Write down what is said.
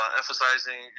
emphasizing